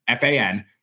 fan